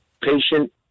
Patient